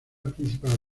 principal